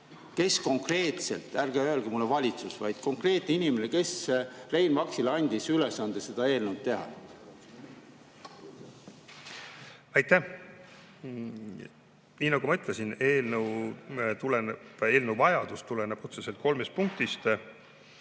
Kes konkreetselt – ärge öelge mulle, et valitsus, vaid konkreetne inimene – andis Rein Vaksile ülesande seda eelnõu teha? Aitäh! Nii, nagu ma ütlesin, eelnõu vajadus tuleneb otseselt kolmest punktist.